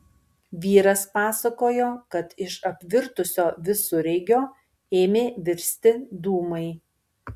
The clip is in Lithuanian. vyras pasakojo kad iš apvirtusio visureigio ėmė virsti dūmai